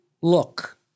look